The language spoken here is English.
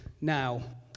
Now